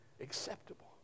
Acceptable